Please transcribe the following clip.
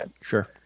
Sure